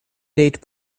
date